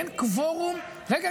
אין קוורום ------ רגע,